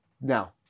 now